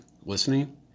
listening